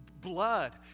blood